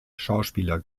schauspieler